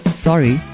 Sorry